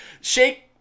Shake